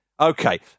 Okay